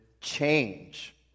change